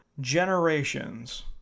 generations